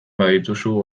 badituzu